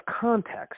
context